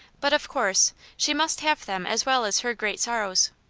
but, of course, she must have them as well as her great sorrows.